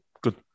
good